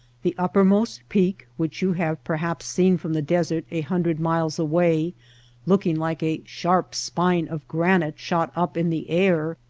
the uppermost peak, which you have perhaps seen from the desert a hundred miles away look ing like a sharp spine of granite shot up in the air,